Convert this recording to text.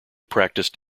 practiced